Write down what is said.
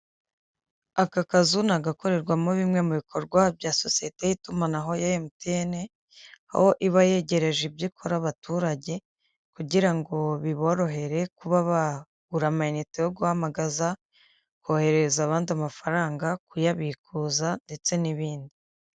Aka kazu ni agakorerwamo bimwe mu bikorwa bya sosiyete y'itumanaho ya MTN, aho iba yegereje ibyo ikora abaturage kugira ngo biborohere kuba bagura amayinete yo guhamagaza, kohereza abandi amafaranga, kuyabikuza ndetse n'ibindi.